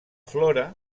flora